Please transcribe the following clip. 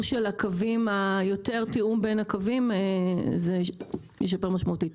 תיאום בין הקווים וזה ישפר משמעותית.